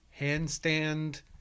handstand